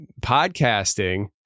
podcasting